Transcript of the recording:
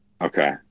Okay